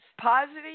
positive